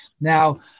Now